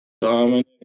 Dominic